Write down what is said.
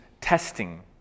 testing